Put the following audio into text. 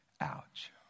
Ouch